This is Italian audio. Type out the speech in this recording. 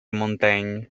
montaigne